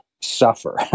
suffer